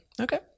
Okay